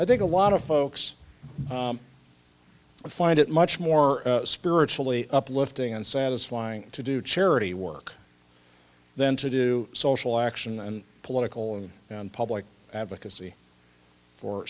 i think a lot of folks find it much more spiritually uplifting and satisfying to do charity work then to do social action and political and public advocacy for